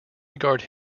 regard